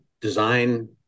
design